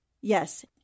Yes